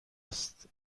است